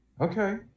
Okay